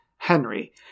henry